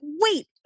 wait